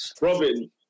Robin